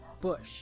Bush